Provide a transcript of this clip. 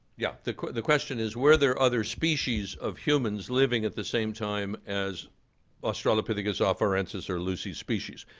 yeah the the question is, were there other species of humans living at the same time as australopithecus, ah afarensis, or lucy's species.